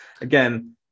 Again